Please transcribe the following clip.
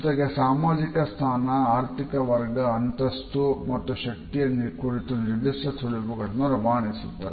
ಜೊತೆಗೆ ಸಾಮಾಜಿಕ ಸ್ಥಾನ ಆರ್ಥಿಕ ವರ್ಗ ಅಂತಸ್ತು ಮತ್ತು ಶಕ್ತಿಯ ಕುರಿತು ನಿರ್ದಿಷ್ಟ ಸುಳಿವುಗಳನ್ನು ರವಾನಿಸುತ್ತದೆ